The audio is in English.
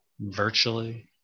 virtually